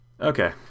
Okay